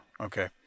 okay